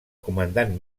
comandant